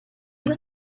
was